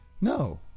No